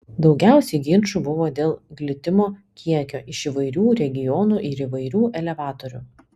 daugiausiai ginčų buvo dėl glitimo kiekio iš įvairių regionų ir įvairių elevatorių